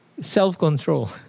self-control